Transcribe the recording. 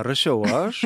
rašiau aš